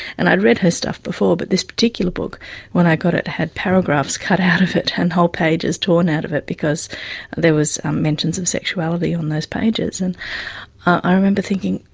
and i'd read her stuff before but this particular book when i got it, it had paragraphs cut out of it and whole pages torn out of it because there was mentions of sexuality on those pages. and i remember thinking,